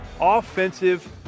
Offensive